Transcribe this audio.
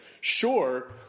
sure